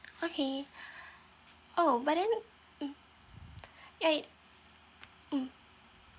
okay oh but then mm yeah mm